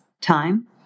time